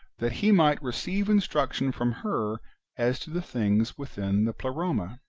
that he might receive instruction from her as to the things within the pleroma.